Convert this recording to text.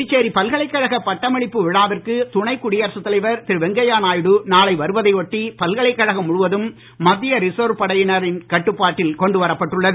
புதுச்சேரி பல்கலைக்கழக பட்டமளிப்பு விழாவிற்கு துணை குடியரசு தலைவர் திரு வெங்கையா நாயுடு நாளை வருவதையொட்டி பல்கலைக்கழகம் முழுவதும் மத்திய ரிசர்வ் படையினர் கட்டுப்பாட்டில் கொண்டு வரப்பட்டுள்ளது